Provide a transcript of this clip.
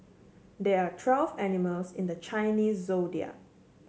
there are twelve animals in the Chinese Zodiac